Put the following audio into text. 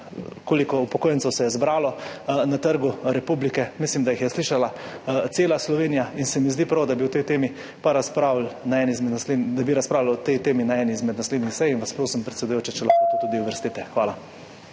koliko upokojencev se je zbralo na Trgu republike. Mislim, da jih je slišala cela Slovenija in se mi zdi prav, da bi o tej temi razpravljali na eni izmed naslednjih sej in vas prosim, predsedujoča, če lahko to tudi uvrstite. Hvala.